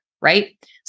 right